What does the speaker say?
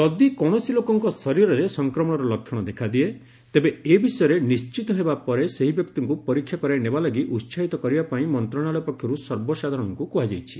ଯଦି କୌଣସି ଲୋକଙ୍କ ଶରୀରରେ ସଂକ୍ରମଣର ଲକ୍ଷଣ ଦେଖାଦିଏ ତେବେ ଏ ବିଷୟରେ ନିର୍ଣ୍ଣିତ ହେବା ପରେ ସେହି ବ୍ୟକ୍ତିଙ୍କୁ ପରୀକ୍ଷା କରାଇ ନେବା ଲାଗି ଉତ୍ସାହିତ କରିବା ପାଇଁ ମନ୍ତ୍ରଣାଳୟ ପକ୍ଷରୁ ସର୍ବସାଧାରଣଙ୍କୁ କୁହାଯାଇଛି